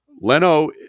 Leno